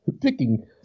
picking